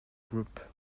group